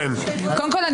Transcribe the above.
קודם כול,